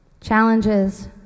Challenges